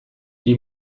die